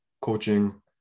coaching